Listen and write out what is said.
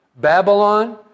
Babylon